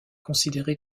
considéré